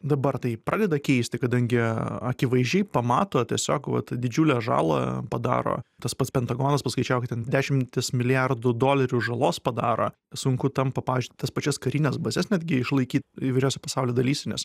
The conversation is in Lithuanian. dabar tai pradeda keisti kadangi akivaizdžiai pamato tiesiog vat didžiulę žalą padaro tas pats pentagonas paskaičiavo ten dešimtis milijardų dolerių žalos padaro sunku tampa pavyzdžiui tas pačias karines bazes netgi išlaiky įvairiose pasaulio dalyse nes